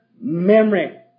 memory